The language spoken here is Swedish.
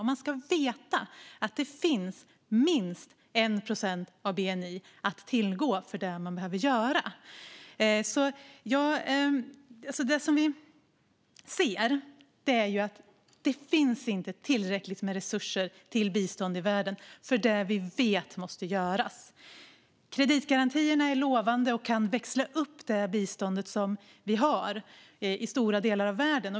Men man ska veta att det finns minst 1 procent av bni att tillgå för det man behöver göra. Det som vi ser är att det inte finns tillräckligt med resurser till bistånd i världen för det vi vet måste göras. Kreditgarantierna är lovande och kan växla upp det bistånd som vi har i stora delar av världen.